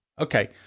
Okay